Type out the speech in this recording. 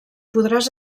podràs